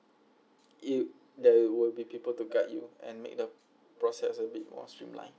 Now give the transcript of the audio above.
it there will be people to guide you and make the process a bit more streamline